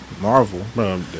Marvel